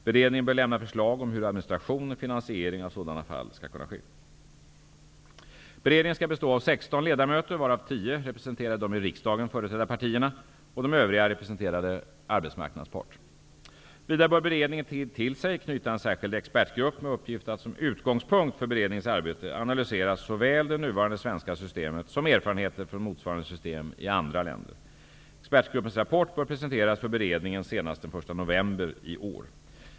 Beredningen bör lämna förslag om hur administration och finansiering av sådana fall skall kunna ske. Vidare bör beredningen till sig knyta en särskild expertgrupp med uppgift att som utgångspunkt för beredningens arbete analysera såväl det nuvarande svenska systemet som erfarenheter från motsvarande system i andra länder. Expertgruppens rapport bör presenteras för beredningen senast den 1 november i år.